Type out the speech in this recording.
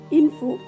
info